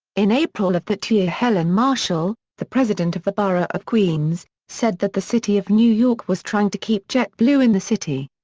in april of that year helen marshall, the president of the borough of queens, said that the city of new york was trying to keep jetblue in the city.